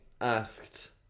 asked